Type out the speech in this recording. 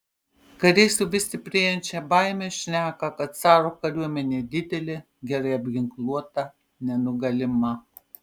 kariai su vis stiprėjančia baime šneka kad caro kariuomenė didelė gerai apginkluota nenugalima